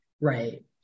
right